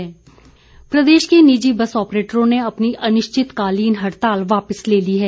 हडताल समाप्त प्रदेश के निजी बस आप्रेटरों ने अपनी अनिश्चितकालीन हड़ताल वापिस ले ली है